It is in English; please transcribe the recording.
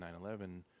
9-11